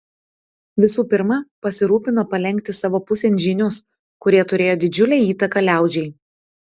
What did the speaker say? visų pirma pasirūpino palenkti savo pusėn žynius kurie turėjo didžiulę įtaką liaudžiai